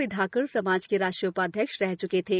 वे धाकड़ समाज के राष्ट्रीय उपाध्यक्ष रह च्के थे